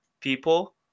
people